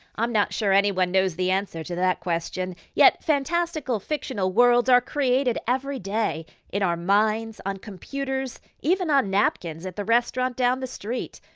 i'm not sure anyone knows the answer to that question, yet fantastical, fictional worlds are created everyday in our minds, on computers, even on napkins at the restaurant down the street.